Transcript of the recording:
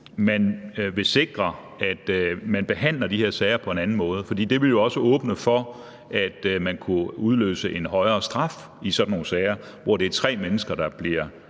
man vil sikre, at man behandler de her sager på en anden måde. For det ville jo også åbne for, at man kunne udløse en højere straf i sådan nogle sager, hvor det er tre mennesker, der bliver